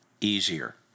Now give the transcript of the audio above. easier